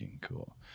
cool